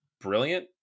brilliant